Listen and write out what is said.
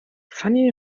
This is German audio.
fanny